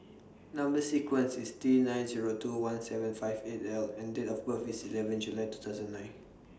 Number sequence IS T nine Zero two one seven five eight L and Date of birth IS eleven July two thousand nine